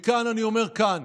וכאן, אני אומר כאן,